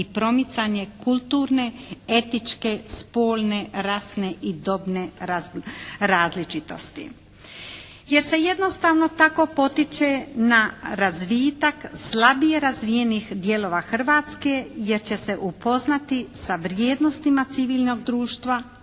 i promicanje kulturne, etičke, spolne, rasne i dobne različitosti. Jer se jednostavno tako potiče na razvitak slabije razvijenih dijelova Hrvatske jer će se upoznati sa vrijednostima civilnog društva